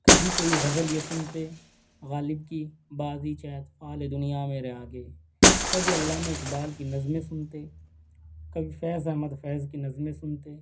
کبھی کوئی غزل یہ سُنتے غالب کی بازیچے اطفالِ دُنیا میرے آگے کبھی علامہ اقبال کی نظمیں سُنتے کبھی فیض احمد فیض کی نظمیں سنتے